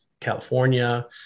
California